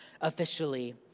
officially